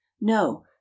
No